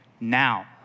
now